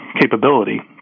capability